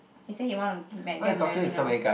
he say he wanna like get married now